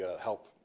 help